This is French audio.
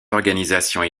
organisations